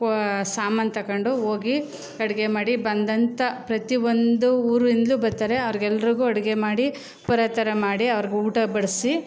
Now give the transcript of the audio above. ಸಾಮಾನು ತಗೊಂಡು ಹೋಗಿ ಅಡುಗೆ ಮಾಡಿ ಬಂದಂಥ ಪ್ರತಿ ಒಂದು ಊರಿಂದಲೂ ಬರ್ತಾರೆ ಅವ್ರ್ಗೆಲ್ಲರಿಗೂ ಅಡುಗೆ ಮಾಡಿ ಪುರ ಥರ ಮಾಡಿ ಅವ್ರ್ಗೆ ಊಟ ಬಡಿಸಿ